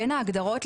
בין ההגדרות,